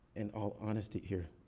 in all honesty, here.